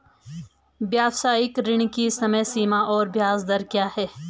व्यावसायिक ऋण की समय सीमा और ब्याज दर क्या है?